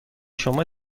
شما